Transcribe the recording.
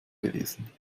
gewesen